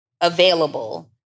available